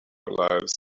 lives